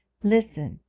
listen.